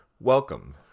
Welcome